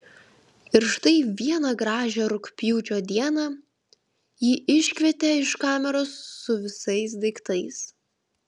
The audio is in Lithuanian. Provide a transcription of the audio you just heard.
ir štai vieną gražią rugpjūčio dieną jį iškvietė iš kameros su visais daiktais